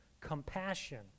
Compassion